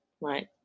right